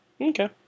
Okay